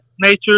nature